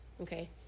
okay